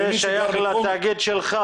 זה שייך לתאגיד שלך,